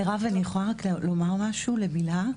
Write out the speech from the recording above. מירב, אני יכולה רק לומר משהו לבלהה?